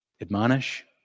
Admonish